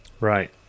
Right